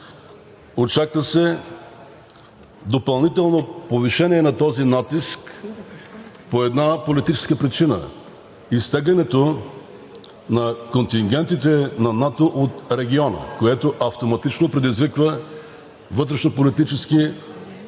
Очаква се допълнително повишение на този натиск по една политическа причина – изтеглянето на контингентите на НАТО от региона, което автоматично предизвиква вътрешнополитически проблеми.